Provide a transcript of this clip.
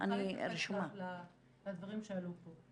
אני רוצה להתייחס לדברים שעלו פה.